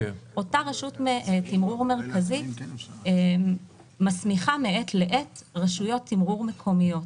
רשות התימרור המרכזית מסמיכה מעת לעת רשויות תימרור מקומיות.